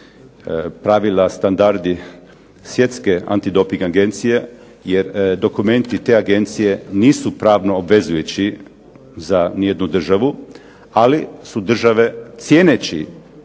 pravila, standardi Svjetske antidoping agencije jer dokumenti te agencije nisu pravno obvezujući za nijednu državu, ali su države cijeneći